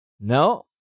No